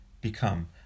become